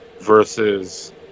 versus